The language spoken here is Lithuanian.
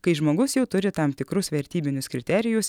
kai žmogus jau turi tam tikrus vertybinius kriterijus